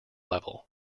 level